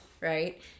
Right